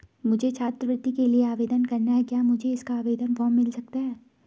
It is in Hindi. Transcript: मुझे छात्रवृत्ति के लिए आवेदन करना है क्या मुझे इसका आवेदन फॉर्म मिल सकता है?